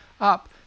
up